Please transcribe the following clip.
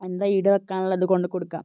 എന്താ ഈടുവെക്കാനുള്ളത് കൊണ്ട് കൊടുക്കുവാണ്